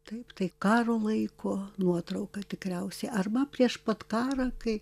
taip tai karo laiko nuotrauka tikriausiai arba prieš pat karą kai